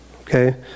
Okay